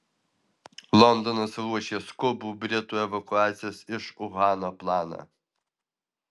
londonas ruošia skubų britų evakuacijos iš uhano planą